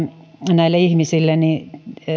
näille ihmisille